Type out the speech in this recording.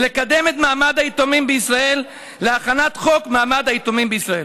לקדם את מעמד היתומים בישראל בהכנת חוק מעמד היתומים בישראל.